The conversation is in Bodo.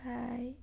ओमफ्राय